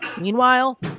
meanwhile